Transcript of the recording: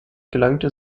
gelangte